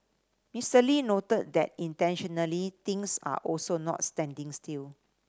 Mister Lee noted that intentionally things are also not standing still